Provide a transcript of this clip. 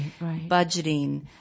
budgeting